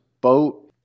boat